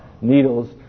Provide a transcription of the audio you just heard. needles